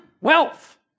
wealth